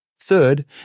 Third